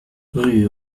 rue